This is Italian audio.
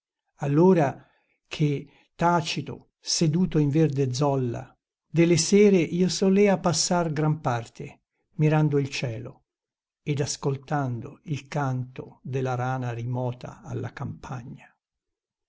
allora che tacito seduto in verde zolla delle sere io solea passar gran parte mirando il cielo ed ascoltando il canto della rana rimota alla campagna